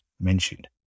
mentioned